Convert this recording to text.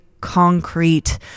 concrete